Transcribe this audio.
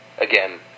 again